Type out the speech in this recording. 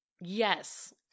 Yes